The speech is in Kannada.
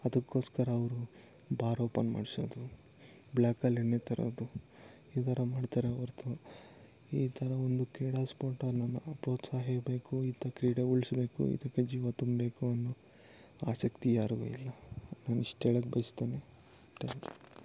ಅದಕ್ಕೋಸ್ಕರ ಅವರು ಬಾರ್ ಓಪನ್ ಮಾಡಿಸೋದು ಬ್ಲ್ಯಾಕಲ್ಲಿ ಎಣ್ಣೆ ತರೋದು ಈ ಥರ ಮಾಡ್ತಾರೆ ಹೊರತು ಈ ಥರ ಒಂದು ಕ್ರೀಡಾ ಸ್ಫೋಟ ಅನ್ನೋದು ಪ್ರೋತ್ಸಾಹಿಸಬೇಕು ಇಂಥ ಕ್ರೀಡೆ ಉಳಿಸ್ಬೇಕು ಇದಕ್ಕೆ ಜೀವ ತುಂಬಬೇಕು ಅನ್ನೋ ಆಸಕ್ತಿ ಯಾರಿಗೂ ಇಲ್ಲ ನಾನು ಇಷ್ಟು ಹೇಳಕ್ ಬಯಸ್ತೇನೆ ಟ್ಯಾಂಕ್ ಯು